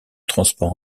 transports